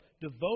Devote